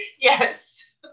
Yes